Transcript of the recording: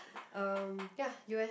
um ya you eh